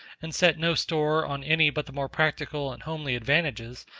and set no store on any but the more practical and homely advantages,